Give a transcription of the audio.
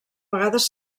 vegades